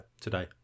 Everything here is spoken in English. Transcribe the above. today